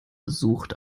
sucht